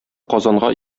казанга